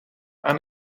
aan